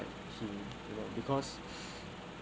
you know because